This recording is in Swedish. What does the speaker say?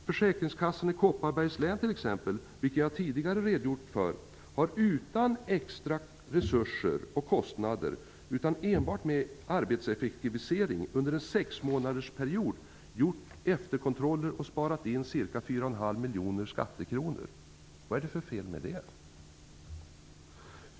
Försäkringskassan i Kopparbergs län har, vilket jag tidigare redogjort för, utan extra resurser eller kostnader och med enbart arbetseffektivisering under en sexmånadersperiod gjort efterkontroller och sparat in ca 4,5 miljoner skattekronor. Vad är det för fel med det?